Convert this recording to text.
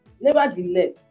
nevertheless